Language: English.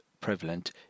prevalent